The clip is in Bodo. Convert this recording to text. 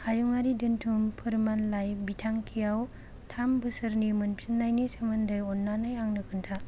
हायुंआरि दोन्थुम फोरमानलाइ बिथांखियाव थाम बोसोरनि मोनफिन्नायनि सोमोन्दै अन्नानै आंनो खोन्था